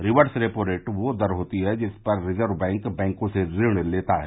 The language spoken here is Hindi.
रिवर्स रेपो रेट वह दर होती है जिस पर रिजर्व बैंक बैंकों से ऋण लेता है